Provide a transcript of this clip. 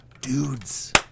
dudes